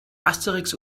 asterix